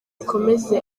ikomeze